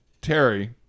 Terry